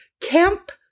Camp